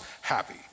happy